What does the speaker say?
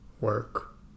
work